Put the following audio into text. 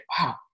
wow